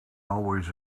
always